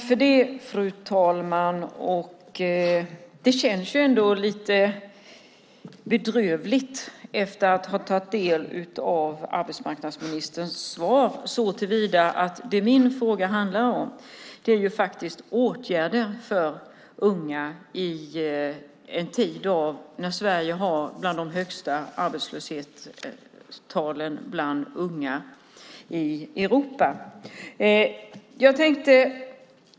Fru talman! Det känns bedrövligt efter att ha tagit del av arbetsmarknadsministerns svar. Min fråga handlade nämligen om åtgärder för unga i en tid då Sverige har bland de högsta ungdomsarbetslöshetstalen i Europa.